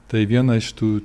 tai viena iš tų